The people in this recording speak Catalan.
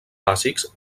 bàsics